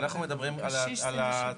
אנחנו מדברים על ההצעה.